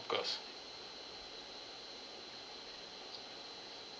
of course